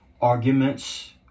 arguments